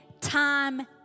time